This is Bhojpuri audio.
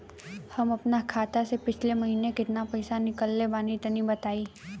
हम आपन खाता से पिछला महीना केतना पईसा निकलने बानि तनि बताईं?